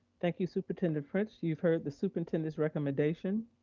thank you, superintendent fritz. you've heard the superintendent's recommendation.